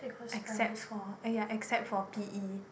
except for oh ya except for P_E